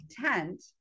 content